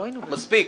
מספיק.